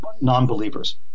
non-believers